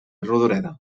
rodoreda